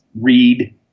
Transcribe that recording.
read